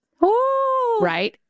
Right